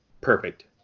perfect